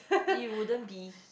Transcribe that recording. you wouldn't be